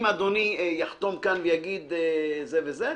אם אדוני יחתום כאן ויגיד זה וזה,